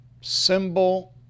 symbol